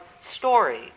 story